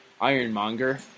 Ironmonger